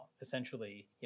Essentially